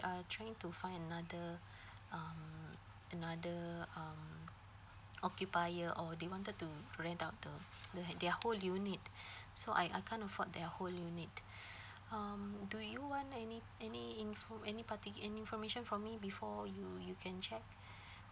are trying to find another uh another um occupier or they wanted to rent out to their their whole unit so I I can't afford their whole unit um do you want any any info any parti~ any information from me before you you can check